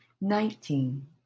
nineteen